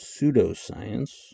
pseudoscience